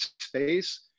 space